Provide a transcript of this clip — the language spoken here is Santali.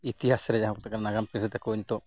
ᱤᱛᱤᱦᱟᱥ ᱨᱮ ᱡᱟᱦᱟᱸ ᱠᱚ ᱢᱮᱛᱟᱜ ᱠᱟᱱ ᱱᱟᱜᱟᱢ ᱯᱤᱲᱦᱤ ᱛᱟᱠᱚ ᱱᱤᱛᱳᱜ